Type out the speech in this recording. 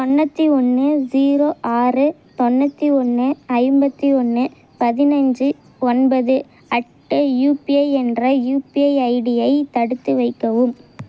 தொண்ணூற்றி ஒன்று ஜீரோ ஆறு தொண்ணூற்றி ஒன்று ஐம்பத்து ஒன்று பதினஞ்சு ஒன்பது அட்டு யுபிஐ என்ற யுபிஐ ஐடியை தடுத்து வைக்கவும்